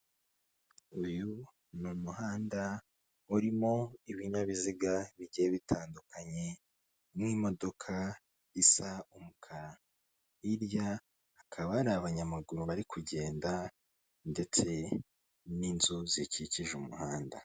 Uyu ni umuhanda urimo ibinyabiziga bigiye bitandukanye nk'imodoka isa umukara, hirya hakaba hari abanyamaguru bari kugenda ndetse n'inzu zikikije umuhanda.